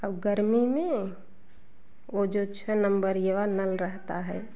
अगर यहीं यह यह जो छः लंबरिया लाइन रहता है